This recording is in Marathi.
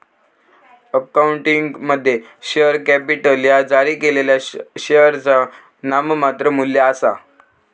अकाउंटिंगमध्ये, शेअर कॅपिटल ह्या जारी केलेल्या शेअरचा नाममात्र मू्ल्य आसा